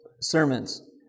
sermons